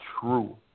true